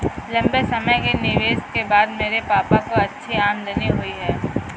लंबे समय के निवेश के बाद मेरे पापा को अच्छी आमदनी हुई है